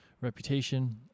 reputation